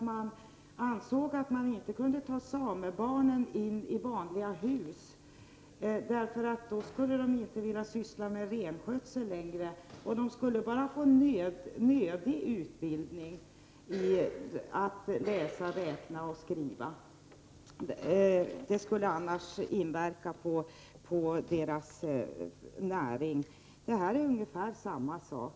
Man ansåg att man inte kunde ta in samebarnen i vanliga hus, för då skulle de inte vilja syssla med renskötsel längre. De skulle bara få nödig utbildning i att läsa, skriva och räkna — annars skulle utbildningen inverka på deras näring. Detta är ungefär samma sak.